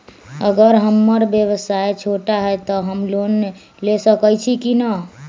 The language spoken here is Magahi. अगर हमर व्यवसाय छोटा है त हम लोन ले सकईछी की न?